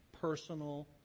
personal